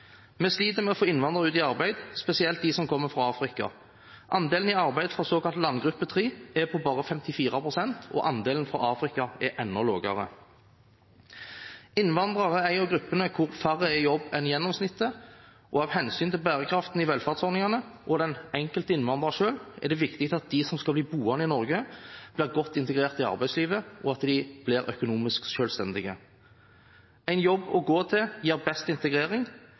Vi sliter med å få innvandrere ut i arbeid, spesielt de som kommer fra Afrika. Andelen i arbeid fra den såkalte landgruppe 3, er på bare 54 pst., og andelen fra Afrika er enda lavere. Innvandrere er en av gruppene hvor færre er i jobb enn gjennomsnittet, og av hensyn til bærekraften i velferdsordningene og den enkelte innvandrer selv er det viktig at de som skal bli boende i Norge, blir godt integrert i arbeidslivet, og at de blir økonomisk selvstendige. En jobb å gå til gir best integrering